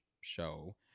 show